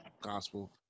gospel